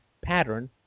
pattern